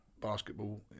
basketball